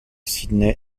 sydney